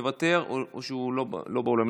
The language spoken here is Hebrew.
מוותר או שאינו באולם?